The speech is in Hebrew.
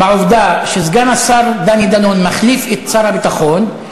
בעובדה שסגן השר דני דנון מחליף את שר הביטחון,